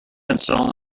install